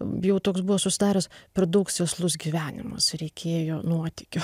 jau toks buvo susidaręs per daug sėslus gyvenimas reikėjo nuotykių